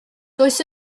does